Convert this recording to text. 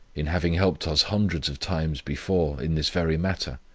in having helped us hundreds of times before, in this very matter.